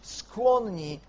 skłonni